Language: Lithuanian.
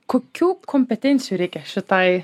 kokių kompetencijų reikia šitai